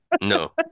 No